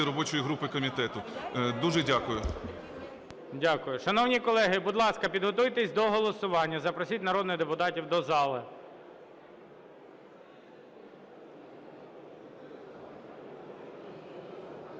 робочої групи комітету. Дуже дякую. ГОЛОВУЮЧИЙ. Дякую. Шановні колеги, будь ласка, підготуйтесь до голосування. Запросіть народних депутатів до зали.